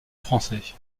français